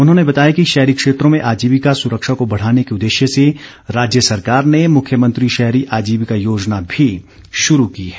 उन्होंने बताया कि शहरी क्षेत्रो में आजीविका सुरक्षा को बढ़ाने के उददेश्य से राज्य सरकार ने मुख्यमंत्री शहरी आजीविका योजना भी शुरू की है